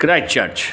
grace church